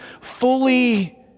fully